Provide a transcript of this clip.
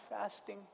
fasting